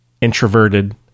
introverted